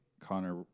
Connor